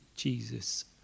Jesus